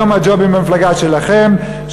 היום הג'ובים במפלגה שלכם.